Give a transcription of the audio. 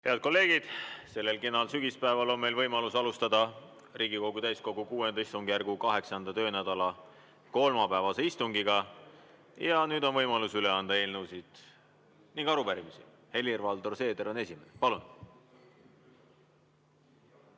Head kolleegid! Sellel kenal sügispäeval on meil võimalus alustada Riigikogu täiskogu VI istungjärgu 8. töönädala kolmapäevast istungit. Nüüd on võimalus üle anda eelnõusid ja arupärimisi. Helir-Valdor Seeder on esimene. Palun!